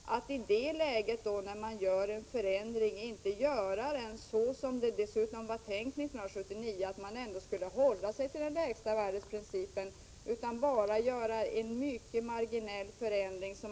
Jag tycker det är olyckligt att man i det läget, när man skall göra en förändring, inte gör denna så som det var tänkt 1979, nämligen att principen om lägsta värde skulle gälla, utan bara gör en mycket marginell förändring.